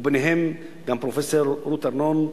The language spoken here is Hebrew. וביניהם גם פרופסור רות ארנון,